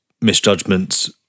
misjudgments